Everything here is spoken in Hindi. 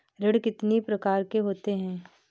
ऋण कितनी प्रकार के होते हैं?